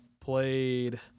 played